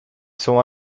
sont